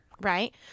right